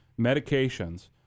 medications